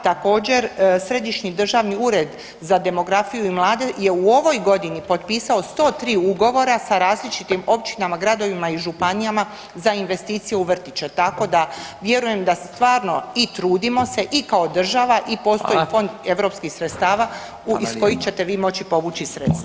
Također središnji državni ured za demografiju i mlade je u ovoj godini potpisao 103 ugovora sa različitim općinama, gradovima i županijama za investicije u vrtiće tako da vjerujem da stvarno i trudimo se i kao država i postoji Fond europskih sredstava iz kojih ćete vi moći povući sredstva.